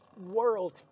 world